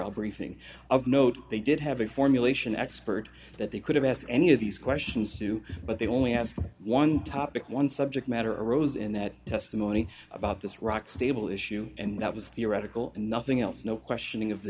trial briefing of note they did have a formulation expert that they could have asked any of these questions to but they only had one topic one subject matter arose in that testimony about this rock stable issue and that was theoretical and nothing else no questioning of the